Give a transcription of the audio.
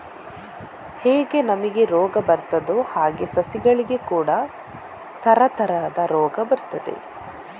ಹೇಗೆ ನಮಿಗೆ ರೋಗ ಬರ್ತದೋ ಹಾಗೇ ಸಸಿಗಳಿಗೆ ಕೂಡಾ ತರತರದ ರೋಗ ಬರ್ತದೆ